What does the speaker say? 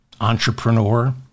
entrepreneur